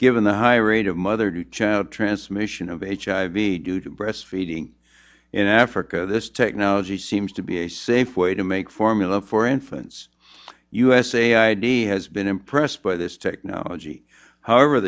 given the high rate of mother to child transmission of h i v due to breastfeeding in africa this technology seems to be a safe way to make formula for infants usa id has been impressed by this technology however